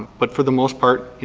but for the most part,